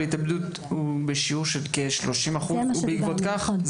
התאבדות הוא בשיעור של כ-30% בעקבות כך?